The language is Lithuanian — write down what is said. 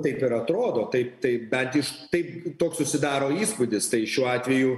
taip ir atrodo taip taip bent iš taip toks susidaro įspūdis tai šiuo atveju